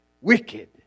Wicked